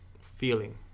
feeling